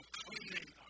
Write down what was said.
cleaning